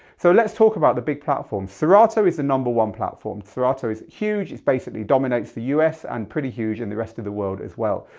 so let's talk about the big platforms. serato is the number one platform. serato is huge, it basically dominates the us and pretty huge in the rest of the world as well.